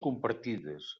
compartides